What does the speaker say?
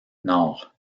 nord